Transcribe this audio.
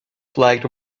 flight